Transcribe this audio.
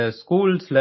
schools